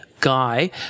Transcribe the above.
guy